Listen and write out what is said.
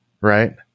Right